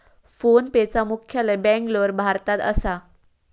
फोनपेचा मुख्यालय बॅन्गलोर, भारतात असा